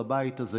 לבית הזה,